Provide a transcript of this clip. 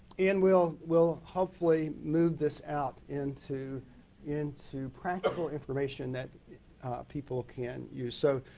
and we'll we'll hopefully move this out into into practical information that people can use. so,